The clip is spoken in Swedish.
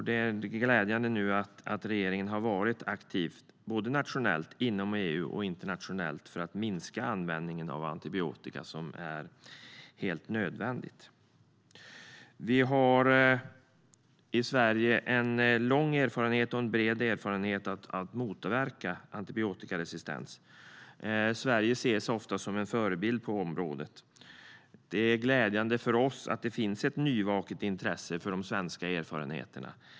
Det är glädjande nu att regeringen har varit aktiv, både nationellt och internationellt inom EU, för att minska användningen av antibiotika, vilket är helt nödvändigt. Vi har i Sverige en lång och bred erfarenhet av att motverka antibiotikaresistens. Sverige ses ofta som en förebild på området. Det är glädjande för oss att det finns ett nyvaket intresse för de svenska erfarenheterna.